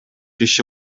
иши